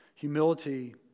Humility